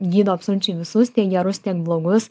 gydo absoliučiai visus tiek gerus tiek blogus